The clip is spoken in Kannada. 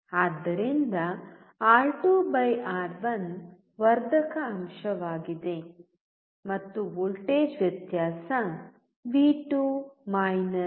ಆದ್ದರಿಂದ ಆರ್2 ಆರ್1 R2R1 ವರ್ಧಕ ಅಂಶವಾಗಿದೆ ಮತ್ತು ವೋಲ್ಟೇಜ್ ವ್ಯತ್ಯಾಸ ವಿ2 ವಿ1